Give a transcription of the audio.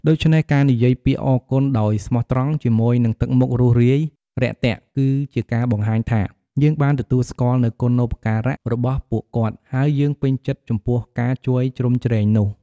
ដូច្នេះ ការនិយាយពាក្យ អរគុណ ដោយស្មោះត្រង់ ជាមួយនឹងទឹកមុខរួសរាយរាក់ទាក់ គឺជាការបង្ហាញថា យើងបានទទួលស្គាល់នូវគុណូបការៈរបស់ពួកគាត់ ហើយយើងពេញចិត្តចំពោះការជួយជ្រោមជ្រែងនោះ។